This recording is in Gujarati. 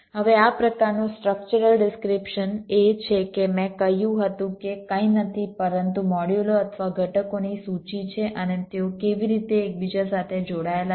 હવે આ પ્રકારનું સ્ટ્રક્ચરલ ડિસ્ક્રીપ્શન એ છે કે મેં કહ્યું હતુ કે કંઈ નથી પરંતુ મોડ્યુલો અથવા ઘટકોની સૂચિ છે અને તેઓ કેવી રીતે એકબીજા સાથે જોડાયેલા છે